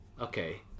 okay